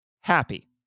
happy